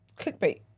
Clickbait